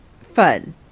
Fun